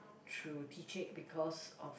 through teaching because of